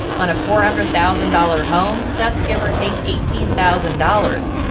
on a four hundred thousand dollars home, that's give or take eighteen thousand dollars.